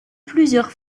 plusieurs